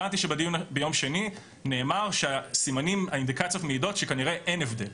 הבנתי שבדיון ביום שני נאמר שהאינדיקציות מעידות שכנראה אין הבדל.